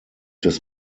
des